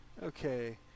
Okay